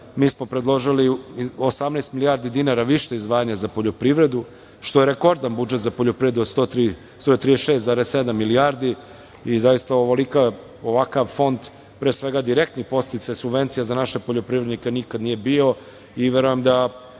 mi smo predložili 18 milijardi dinara više izdvajanje za poljoprivredu, što je rekordan budžet za poljoprivredu od 136,7 milijardi i zaista ovakav fond, pre svega direktni podsticaji subvencija za naše poljoprivrednike nikad nije bio i verujem da